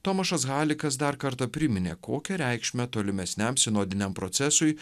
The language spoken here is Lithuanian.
tomašas halikas dar kartą priminė kokią reikšmę tolimesniam sinodiniam procesui